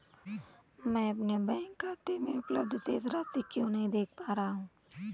मैं अपने बैंक खाते में उपलब्ध शेष राशि क्यो नहीं देख पा रहा हूँ?